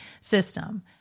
system